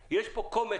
יהיה עכשיו